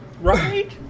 Right